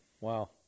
Wow